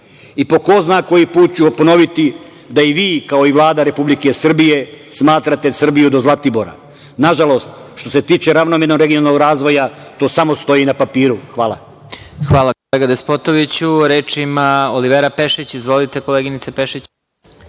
I, po ko zna koji put ću ovo ponoviti, da i vi kao i Vlada Republike Srbije, smatrate Srbiju do Zlatibora. Nažalost, što se tiče ravnomerno regionalnog razvoja to samo stoji na papiru. Hvala. **Vladimir Marinković** Hvala, kolega Despotoviću. Reč ima Olivera Pešić. Izvolite, koleginice Pešić.